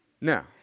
Now